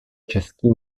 český